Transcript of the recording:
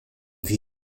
wir